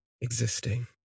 existing